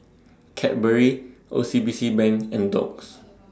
Cadbury O C B C Bank and Doux